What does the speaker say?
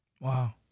Wow